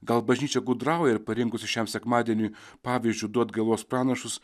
gal bažnyčia gudrauja ir parinkusi šiam sekmadieniui pavyzdžiui du atgailos pranašus